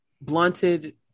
blunted